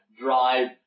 drive